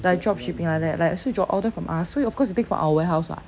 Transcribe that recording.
like job shipping like that like so you order from us so you of course you take from our warehouse [what]